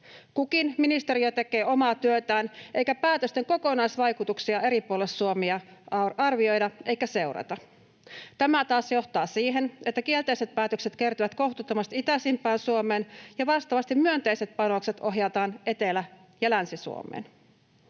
Kukin ministeriö tekee omaa työtään, eikä päätösten kokonaisvaikutuksia eri puolille Suomea arvioida eikä seurata. Tämä taas johtaa siihen, että kielteiset päätökset kertyvät kohtuuttomasti itäisimpään Suomeen ja vastaavasti myönteiset panokset ohjataan Etelä- ja Länsi-Suomeen.